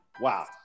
wow